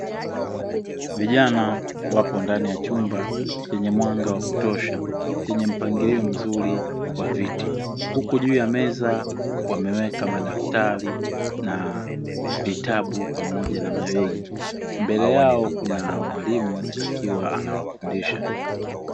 Vijana wapo ndani ya chumba chenye mwanga wa kutosha, chenye mpangilio mzuri wa viti. Huku juu ya meza wameweka madaftari na vitabu pamoja na malei. Mbele yao kuna mwalimu akiwa anawafundisha.